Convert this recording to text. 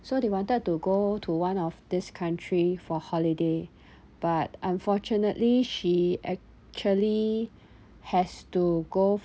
so they wanted to go to one of this country for holiday but unfortunately she actually has to go